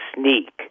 sneak